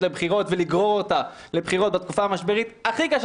לבחירות ולגרור אותה לבחירות בתקופה משברית הכי קשה